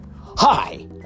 hi